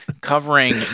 covering